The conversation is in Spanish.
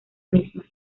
misma